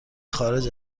خارج